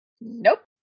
Nope